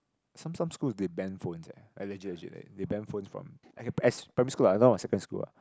some some schools they banned phones eh legit legit like they banned phones from as primary school ah no ah secondary school ah